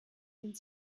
sind